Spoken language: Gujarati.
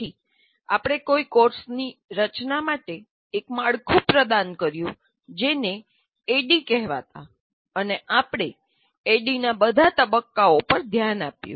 પછી આપણે કોઈ કોર્સની રચના માટે એક માળખું પ્રદાન કર્યું જેને ADDIE કહેવાતા અને આપણે ADDIE ના બધા તબક્કાઓ તરફ ધ્યાન આપ્યું